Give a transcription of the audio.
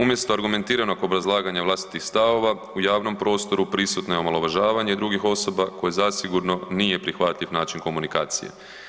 Umjesto argumentiranog obrazlaganja vlastitih stavova u javnom prostoru prisutno je omalovažavanje drugih osoba koje zasigurno nije prihvatljiv način komunikacije.